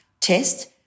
test